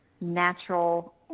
natural